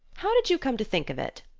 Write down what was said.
how did you come to think of it?